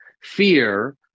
Fear